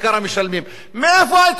מאיפה התיאוריה הכלכלית הזאת?